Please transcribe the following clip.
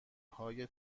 های